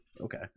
Okay